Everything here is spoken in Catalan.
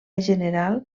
general